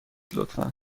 لطفا